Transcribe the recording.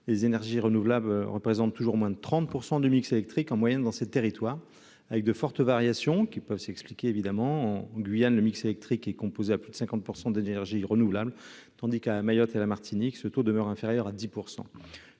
les énergies renouvelables représentent toujours moins de 30 pour 100 de mix électrique en moyenne dans ces territoires avec de fortes variations qui peuvent s'expliquer évidemment en Guyane, le mix électrique est composé à plus de 50 % d'énergies renouvelables, tandis qu'à Mayotte et à la Martinique, ce taux demeure inférieur à 10